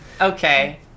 Okay